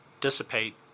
Dissipate